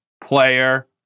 Player